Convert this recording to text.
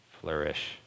flourish